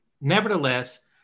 nevertheless